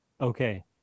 Okay